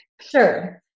Sure